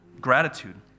gratitude